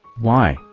why,